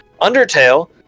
Undertale